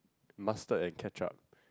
mustard and ketchup